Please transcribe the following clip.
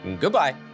Goodbye